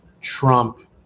trump